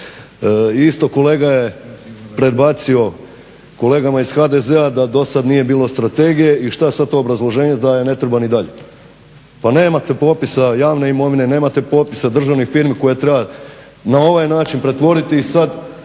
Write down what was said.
Isto kolega je predbacio kolegama iz HDZ-a da dosad nije bilo strategije i što sad to obrazloženje da ne treba i dalje? Pa nemate popisa javne imovine, nemate popisa državnih firmi koje treba na ovaj način pretvoriti i sad